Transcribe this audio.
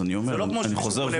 שוב,